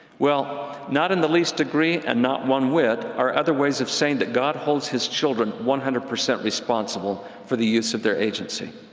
not in the least degree and not one whit are other ways of saying that god holds his children one hundred percent responsible for the use of their agency.